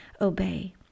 obey